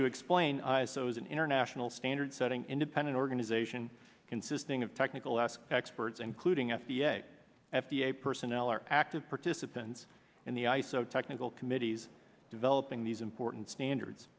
to explain i s o is an international standard setting independent organization consisting of technical ask experts including f d a f d a personnel are active participants in the iso technical committees developing these important standards